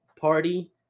Party